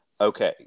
okay